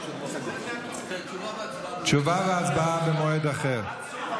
תשובה והצבעה במועד אחר.